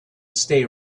stay